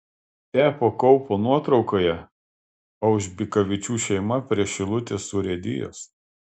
stepo kaupo nuotraukoje aužbikavičių šeima prie šilutės urėdijos